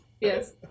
Yes